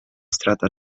strata